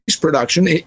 production